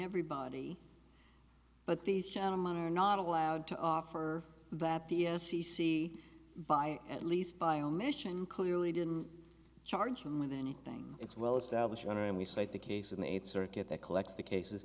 everybody but these gentlemen are not allowed to offer that p s e c by at least by omission clearly didn't charge them with anything it's well established and we cite the case in the eighth circuit that collects the cases